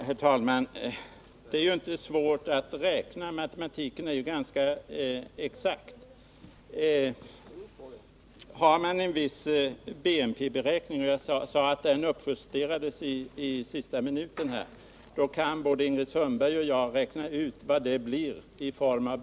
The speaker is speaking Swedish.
Herr talman! Det är inte svårt att göra dessa beräkningar —- matematiken ger ju ett exakt utslag. Har man en viss BNP-beräkning — vilken sedan som jag sagt uppjusterades i sista minuten — kan både Ingrid Sundberg och jag räkna ut vad biståndsanslaget blir på grundval härav.